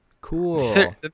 cool